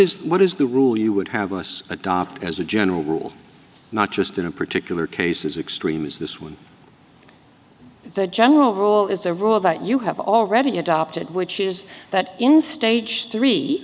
is what is the rule you would have us adopt as a general rule not just in a particular case as extreme as this one the general rule is a rule that you have already adopted which is that in stage three